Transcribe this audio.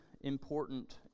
important